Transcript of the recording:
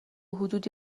حدودی